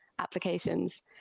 applications